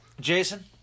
Jason